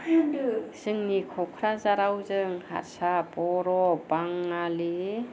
जोंनि क'क्राझाराव जोङो हारसा बर' बाङालि